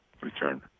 return